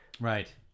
Right